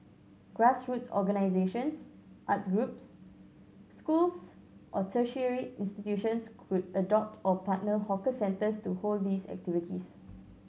grassroots organisations arts groups schools or tertiary institutions could adopt or partner hawker centres to hold these activities